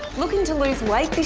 looking to lose weight